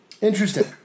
Interesting